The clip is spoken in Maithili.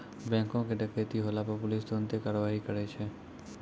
बैंको के डकैती होला पे पुलिस तुरन्ते कारवाही करै छै